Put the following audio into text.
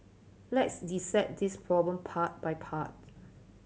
let's dissect this problem part by part